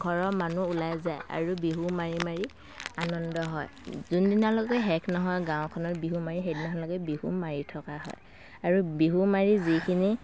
ঘৰৰ মানুহ ওলাই যায় আৰু বিহু মাৰি মাৰি আনন্দ হয় যোনদিনালৈকে শেষ নহয় গাঁওখনত বিহু মাৰি সেইদিনালৈকে বিহু মাৰি থকা হয় আৰু বিহু মাৰি যিখিনি